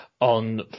on